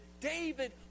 David